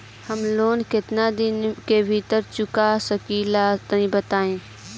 हम लोन केतना दिन के भीतर चुका सकिला तनि बताईं?